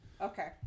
Okay